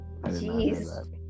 Jeez